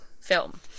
film